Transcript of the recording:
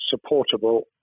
supportable